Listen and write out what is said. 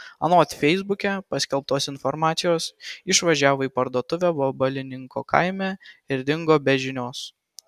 anot feisbuke paskelbtos informacijos išvažiavo į parduotuvę vabalninko kaime ir dingo be žinios